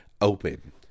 open